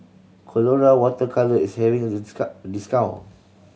Colora Water Colour is having a discount